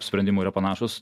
sprendimų yra panašūs